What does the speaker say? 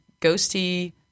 ghosty